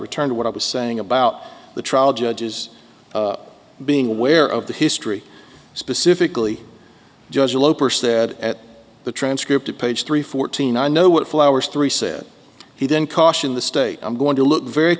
return to what i was saying about the trial judges being aware of the history specifically judge loper said at the transcript of page three fourteen i know what flowers three said he then caution the state i'm going to look very